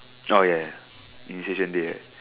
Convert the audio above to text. oh ya ya initiation day right